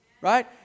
Right